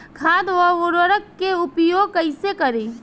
खाद व उर्वरक के उपयोग कईसे करी?